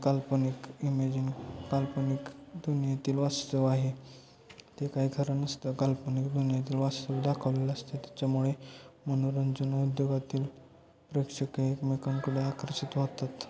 काल्पनिक इमेजिन काल्पनिक दुनियेतील वास्तव आहे ते काही खरं नसतं काल्पनिक दुनियेतील वास्तव दाखवलेलं असतं त्याच्यामुळे मनोरंजन उद्योगातील प्रेक्षक एकमेकांकडे आकर्षित होतात